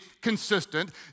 consistent